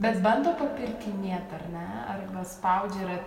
bet bando papirkinėt ar ne ar va spaudžia ir